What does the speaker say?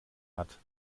hat